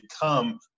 become